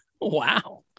Wow